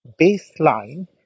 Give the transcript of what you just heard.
baseline